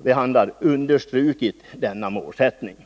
behandlar understrukit denna målsättning.